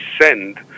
send